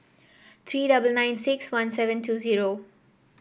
three double nine six one seven two zero